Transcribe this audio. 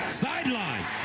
sideline